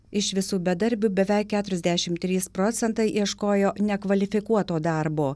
iš visų bedarbių beveik keturiasdešimt trys procentai ieškojo nekvalifikuoto darbo